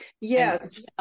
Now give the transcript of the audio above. yes